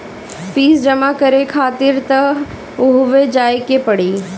fees जमा करे खातिर तअ उहवे जाए के पड़ी